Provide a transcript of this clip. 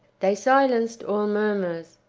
they silenced all murmurs.